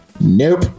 nope